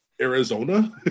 Arizona